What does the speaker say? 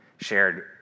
shared